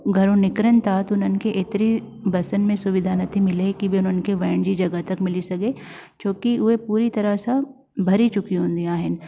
घरो निकरनि था त उन्हनि खे एतरी बसनि में सुविधा नथी मिले की भई उन्हनि खे वेहण जी जॻह थी मिली सघे छोकी उहे पूरी तरह सां भरी चुकियूं हूंदियूं आहिनि